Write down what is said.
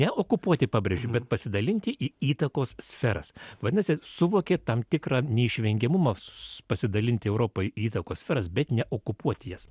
neokupuoti pabrėžė bet pasidalinti į įtakos sferas vadinasi suvokė tam tikra neišvengiamumą pasidalinti europą į įtakos sferas bet ne okupuoti jas